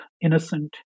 innocent